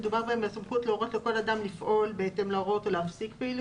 מדובר על סמכות להורות לכל אדם לפעול בהתאם להוראות ולהפסיק לפעול